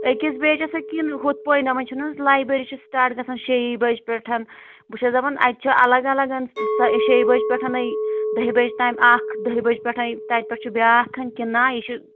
أکِس بیچس ہا کِنہٕ ہُتھٕ پٲٹھۍ نۅمن چھُنہٕ حظ لایبٔری چھِ سِٹاٹ گَژھان شےٚ یی بجہِ پٮ۪ٹھ بہٕ چھَس دَپان اَتہِ چھُ الگ الگ سَہ شےٚ یہِ بجہِ پٮ۪ٹھنَے دٔہہِ بجہِ تام اَکھ دَہہِ پٮ۪ٹھٕے تَتہِ پٮ۪ٹھ چھُ بیٛاکھ کِنہٕ نا یہِ چھُ